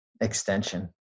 extension